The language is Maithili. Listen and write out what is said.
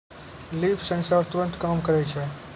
लीफ सेंसर तुरत काम करै छै